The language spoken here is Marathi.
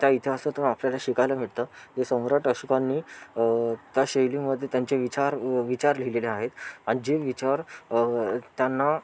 त्या इतिहासातून आपल्याला शिकायला मिळतं जे सम्राट अशोकांनी त्या शैलीमध्ये त्यांचे विचार विचार लिहिलेले आहेत आणि जे विचार त्यांना